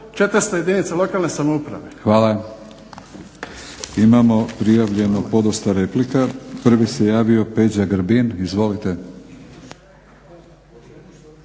**Batinić, Milorad (HNS)** Hvala. Imamo prijavljeno podosta replika. Prvi se javio Peđa Grbin. Izvolite.